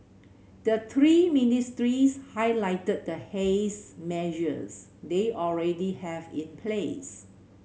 the three ministries highlighted the haze measures they already have in place